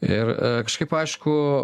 ir kažkaip aišku